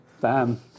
bam